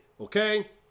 okay